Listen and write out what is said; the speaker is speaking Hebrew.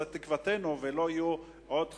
זאת תקוותנו, ולא יהיו עוד חללים,